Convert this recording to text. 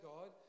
God